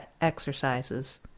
exercises